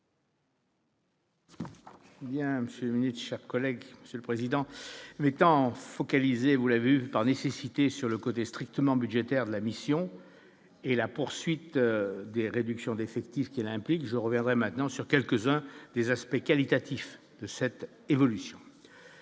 minutes. Il a un minute chers collègues monsieur le président, mettant, vous l'avez vu par nécessité sur le côté strictement budgétaires de la mission et la poursuite des réductions d'effectifs qui il implique, je reviendrai maintenant sur quelques-uns des aspects qualitatifs de cette évolution